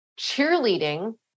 cheerleading